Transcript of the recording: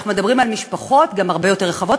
אנחנו מדברים על משפחות גם הרבה יותר רחבות,